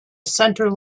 center